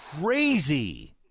crazy